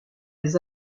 des